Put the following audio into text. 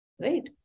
right